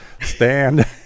stand